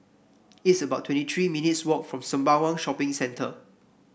it's about twenty three minutes' walk from Sembawang Shopping Centre